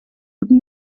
would